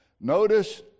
notice